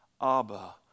Abba